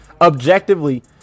objectively